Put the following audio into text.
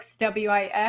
w-i-x